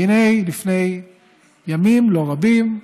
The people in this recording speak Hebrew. והינה, לפני ימים לא רבים,